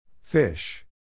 Fish